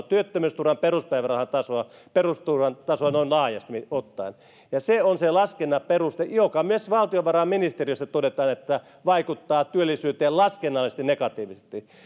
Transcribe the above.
työttömyysturvan peruspäivärahan tasoa ja perusturvan tasoa noin laajasti ottaen ja se on se laskennan peruste joka myös valtiovarainministeriössä todetaan että vaikuttaa työllisyyteen laskennallisesti negatiivisesti